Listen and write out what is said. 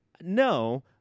No